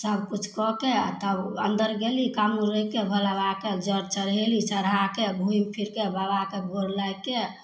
सभकिछु कऽके आओर तब अन्दर गेली कामरु राखिके भोलाबाबाके जल चढ़ेली चढ़ाके घुमिफिरिके बाबाके गोर लागिके